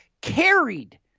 carried